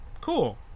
cool